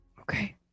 okay